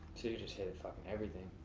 so you're just in fuckin' everything,